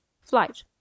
flight